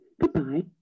Goodbye